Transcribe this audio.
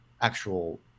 actual